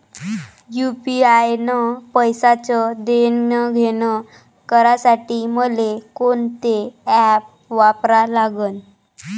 UPI न पैशाचं देणंघेणं करासाठी मले कोनते ॲप वापरा लागन?